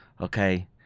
okay